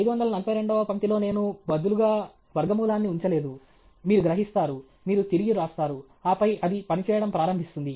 542 వ పంక్తిలో నేను బదులుగా వర్గమూలాన్ని ఉంచలేదు మీరు గ్రహిస్తారు మీరు తిరిగి వస్తారు ఆపై అది పనిచేయడం ప్రారంభిస్తుంది